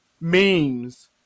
memes